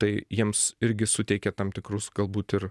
tai jiems irgi suteikia tam tikrus galbūt ir